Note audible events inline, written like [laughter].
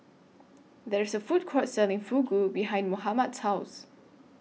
[noise] There IS A Food Court Selling Fugu behind Mohammad's House